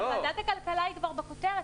ועדת הכלכלה היא כבר בכותרת,